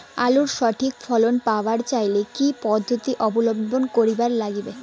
আলুর সঠিক ফলন পাবার চাইলে কি কি পদ্ধতি অবলম্বন করিবার লাগবে?